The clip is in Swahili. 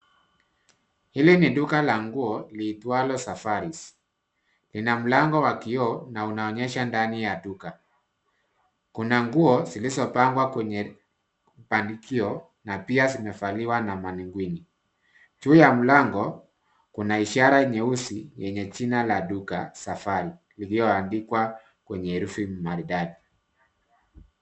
Hili ni duka la nguo, liitwalo Safaris. Lina mlango wa kioo na unaonyesha ndani ya duka. Kuna nguo zilizopangwa kwenye bandikio na pia zimevaliwa na manekini . Juu ya mlango, kuna ishara nyeusi yenye jina la duka Safari, iliyoandikwa kwenye herufi maridadi.